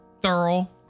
thorough